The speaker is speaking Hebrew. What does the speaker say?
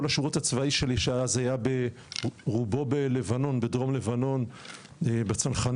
השירות הצבאי שלי היה רובו בדרום לבנון בצנחנים,